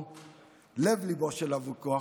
לב-ליבו של הוויכוח,